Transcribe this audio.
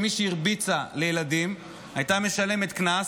שמי שהרביצה לילדים הייתה משלמת קנס,